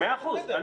מאה אחוז.